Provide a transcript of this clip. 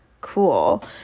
cool